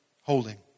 holding